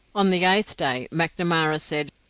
on the eighth day macnamara said,